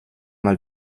mal